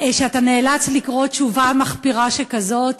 שאתה נאלץ לקרוא תשובה מחפירה שכזאת,